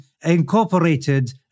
incorporated